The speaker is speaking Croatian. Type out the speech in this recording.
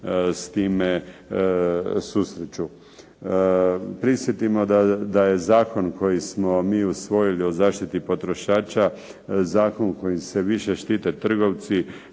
s time susreću. Prisjetimo da je zakon koji smo mi usvojili o zaštiti potrošača Zakon kojim se više štite trgovci